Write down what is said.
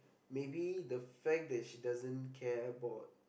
maybe the fact that she doesn't care about